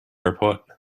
report